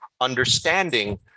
understanding